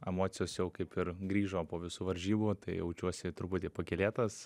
emocijos jau kaip ir grįžo po visų varžybų jaučiuosi truputį pakylėtas